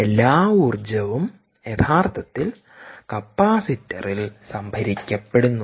എല്ലാ ഊർജ്ജവും യഥാർത്ഥത്തിൽ കപ്പാസിറ്ററിൽസംഭരിക്കപ്പെടുന്നു